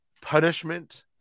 punishment